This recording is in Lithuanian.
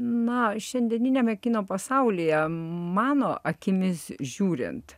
na šiandieniniame kino pasaulyje mano akimis žiūrint